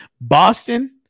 Boston